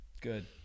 Good